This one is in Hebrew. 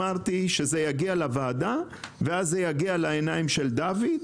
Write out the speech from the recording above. אמרתי להם שזה יגיע לוועדה ולעיניים של דוד,